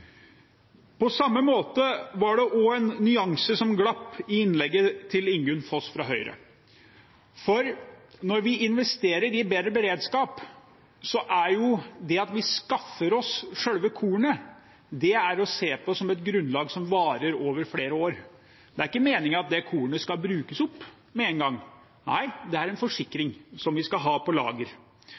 På samme måte var det en nyanse som glapp i innlegget til Ingunn Foss fra Høyre. For når vi investerer i bedre beredskap, er det at vi skaffer oss selve kornet, å se på som et grunnlag som varer i flere år. Det er ikke meningen at det kornet skal brukes opp med en gang. Nei, det er en forsikring som vi skal ha på lager.